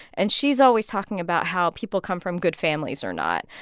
and she's always talking about how people come from good families or not.